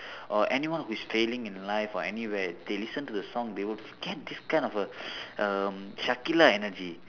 or anyone who is failing in life or anywhere they listen to the song they will get this kind of a um shakila energy